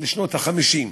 שנות ה-50.